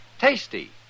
Tasty